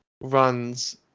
runs